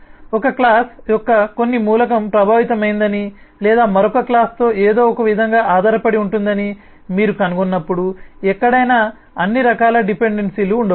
ఒకక్లాస్ యొక్క కొన్ని మూలకం ప్రభావితమైందని లేదా మరొకక్లాస్ తో ఏదో ఒక విధంగా ఆధారపడి ఉంటుందని మీరు కనుగొన్నప్పుడు ఎక్కడైనా అన్ని రకాల డిపెండెన్సీలు ఉండవచ్చు